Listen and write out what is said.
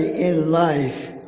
in life